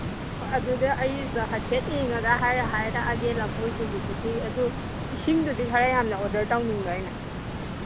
ꯑꯣ ꯑꯗꯨꯗ ꯑꯩꯁꯨ ꯍꯥꯏꯐꯦꯠ ꯌꯦꯡꯉꯒ ꯍꯥꯏꯔꯛꯑꯒꯦ ꯂꯐꯣꯏꯗꯨꯕꯨꯗꯤ ꯑꯗꯨ ꯏꯁꯤꯡꯗꯨꯗꯤ ꯈꯔ ꯌꯥꯝꯅ ꯑꯣꯗꯔ ꯇꯧꯅꯤꯡꯕ ꯑꯩꯅ